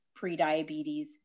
prediabetes